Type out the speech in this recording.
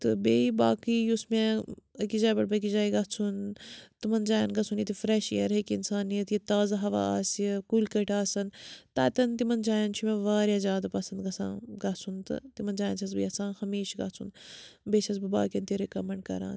تہٕ بیٚیہِ باقٕے یُس مےٚ أکِس جایہِ پٮ۪ٹھ بیٚیہِ کِس جایہِ گژھُن تِمَن جایَن گژھُن ییٚتہِ فرٛٮ۪ش اِیَر ہیٚکہِ اِنسان نِتھ ییٚتہِ تازٕ ہوا آسہِ کُلۍ کٔٹۍ آسَن تَتٮ۪ن تِمَن جایَن چھُ مےٚ واریاہ زیادٕ پَسَنٛد گژھان گژھُن تہٕ تِمَن جایَن چھَس بہٕ یَژھان ہَمیشہ گژھُن بیٚیہِ چھَس بہٕ باقِیَن تہِ رِکَمٮ۪نٛڈ کَران